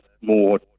more